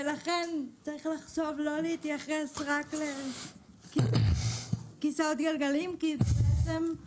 לכן צריך לחשוב לא להתייחס רק לכיסאות גלגלים כי זה לא